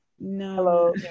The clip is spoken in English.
hello